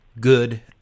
good